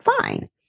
Fine